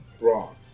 Wrong